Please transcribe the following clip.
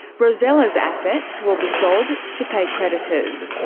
rosella's assets will be sold to pay creditors.